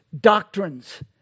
doctrines